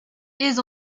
ils